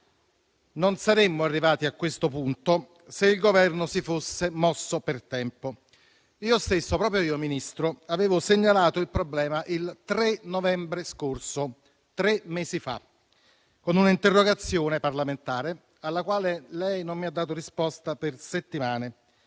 Non saremmo arrivati a questo punto se il Governo si fosse mosso per tempo. Io stesso, Ministro, avevo segnalato il problema il 3 novembre scorso, tre mesi fa, con un'interrogazione parlamentare alla quale lei non ha dato risposta per settimane;